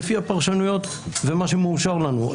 לפי הפרשנויות ומה שמאושר לנו.